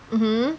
mmhmm